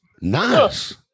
Nice